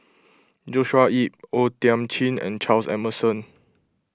Joshua Ip O Thiam Chin and Charles Emmerson